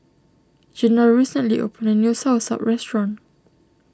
Janell recently opened a new Soursop restaurant